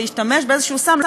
והשתמש באיזה סם,